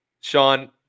Sean –